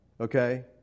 okay